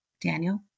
Daniel